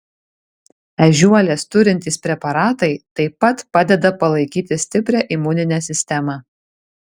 ežiuolės turintys preparatai taip pat padeda palaikyti stiprią imuninę sistemą